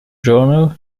journal